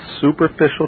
superficial